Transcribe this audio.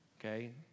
Okay